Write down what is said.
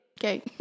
okay